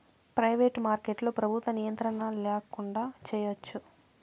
private మార్కెట్లో ప్రభుత్వ నియంత్రణ ల్యాకుండా చేయచ్చు